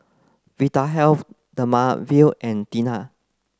Vitahealth Dermaveen and Tena